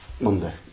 Monday